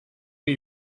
new